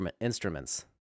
instruments